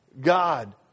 God